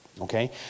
Okay